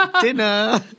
Dinner